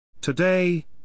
Today